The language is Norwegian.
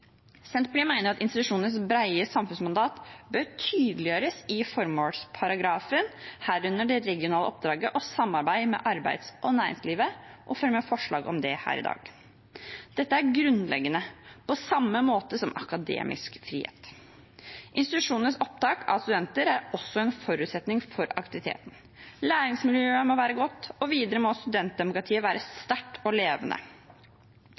Senterpartiet mener at institusjonenes brede samfunnsmandat bør tydeliggjøres i formålsparagrafen, herunder det regionale oppdraget og samarbeid med arbeids- og næringslivet. Og vi fremmer forslag om det her i dag. Dette er grunnleggende, på samme måte som akademisk frihet. Institusjonenes opptak av studenter er også en forutsetning for aktivitet. Læringsmiljøet må være godt. Videre må studentdemokratiet være sterkt og levende.